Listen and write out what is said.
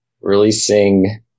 releasing